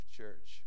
Church